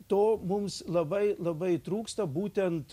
to mums labai labai trūksta būtent